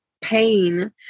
pain